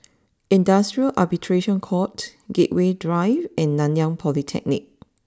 Industrial Arbitration court Gateway Drive and Nanyang Polytechnic